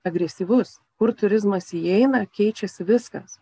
agresyvus kur turizmas įeina keičiasi viskas